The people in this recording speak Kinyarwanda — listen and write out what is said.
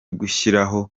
gushyiraho